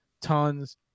tons